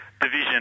division